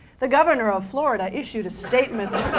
the governor of florida issued a statement.